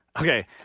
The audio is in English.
Okay